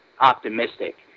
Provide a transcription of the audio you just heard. optimistic